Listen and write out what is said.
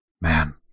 man